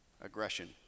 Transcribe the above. aggression